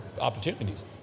opportunities